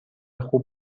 خوب